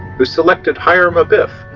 who selected hiram abiff,